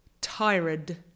tired